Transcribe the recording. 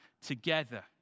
together